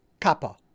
kappa